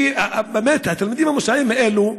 כי באמת התלמידים המוסעים האלו,